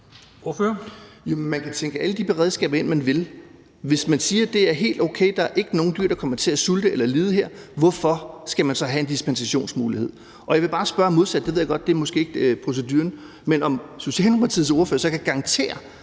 man kan tænke alle de beredskaber ind, man vil. Hvis man siger, at det er helt okay, og at der ikke er nogen dyr, der kommer til at sulte eller lide her, hvorfor skal man så have en dispensationsmulighed? Og jeg vil bare spørge modsat – det ved jeg godt måske ikke er proceduren – om Socialdemokratiets ordfører så kan garantere,